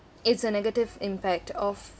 it's a negative impact of